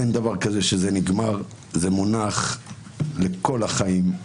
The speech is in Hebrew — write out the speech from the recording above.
אין דבר כזה שזה נגמר, זה מונח לכל החיים,